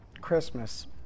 Christmas